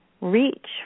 reach